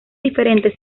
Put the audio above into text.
diferentes